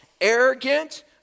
arrogant